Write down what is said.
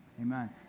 amen